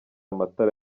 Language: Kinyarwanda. matara